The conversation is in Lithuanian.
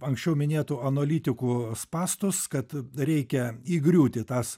anksčiau minėtų analitikų spąstus kad reikia įgriūti tas